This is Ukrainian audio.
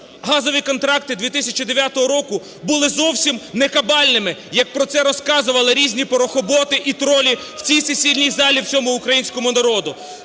газові контракти 2009 року були зовсім не кабальними, як про це розказували різні "порохоботи" і тролі в цій сесійній залі всьому українському народу.